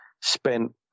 spent